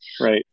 Right